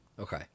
Okay